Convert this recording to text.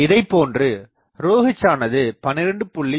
இதைப்போன்று ρh ஆனது12